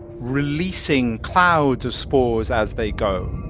releasing clouds of spores as they go